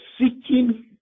seeking